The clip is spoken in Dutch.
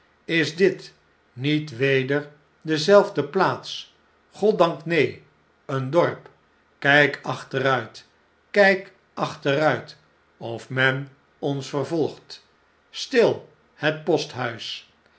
is dit niet weder dezelfde plaats goddank neen een dorp kp achteruit kp achteruit of men ons vervolgt stil